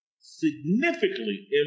significantly